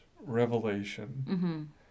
revelation